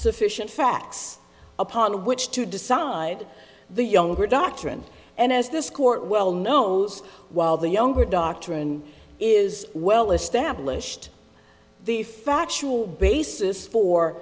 sufficient facts upon which to decide the younger doctrine and as this court well knows while the younger doctrine is well established the factual basis for